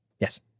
Yes